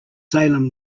salem